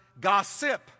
gossip